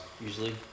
usually